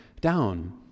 down